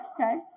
Okay